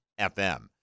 FM